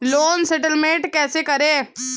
Loan settlement कैसे करें?